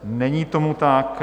Není tomu tak.